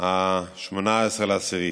18 באוקטובר.